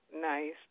Nice